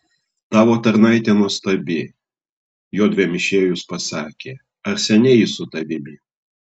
tavo tarnaitė nuostabi jodviem išėjus pasakė ar seniai ji su tavimi